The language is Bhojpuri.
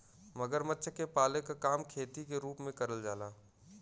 मगरमच्छ के पाले क काम खेती के रूप में करल जाला